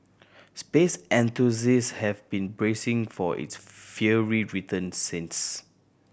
space have been bracing for its fiery return since